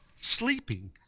sleeping